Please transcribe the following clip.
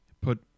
put